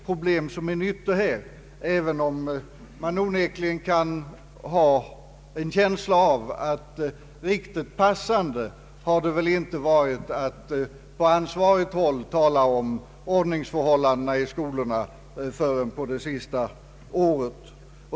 Problemet är inte nytt, även om man onekligen har en känsla av att det inte har varit riktigt passande att på ansvarigt håll tala om ordningsförhållandena i skolorna förrän under det senaste året.